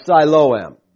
Siloam